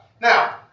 Now